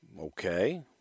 okay